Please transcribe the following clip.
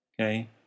Okay